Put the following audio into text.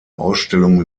ausstellung